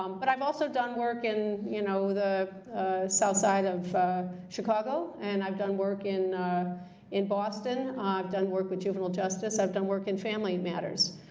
um but i've also done work in, you know, the south side of chicago, and i've done work in in boston. i've done work with juvenile justice. i've done work in family matters.